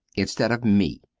instead of me.